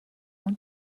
اون